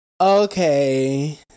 okay